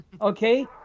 Okay